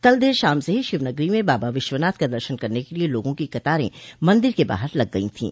कल देर शाम से ही शिवनगरी में बाबा विश्वनाथ का दर्शन करने के लिए लोगों की कतारें मन्दिर के बाहर लग गई थीं